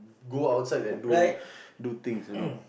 go outside and do do things you know